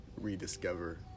rediscover